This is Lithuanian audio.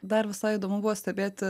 dar visai įdomu buvo stebėti